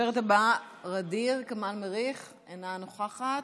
הדוברת הבאה, ע'דיר כמאל מריח, אינה נוכחת.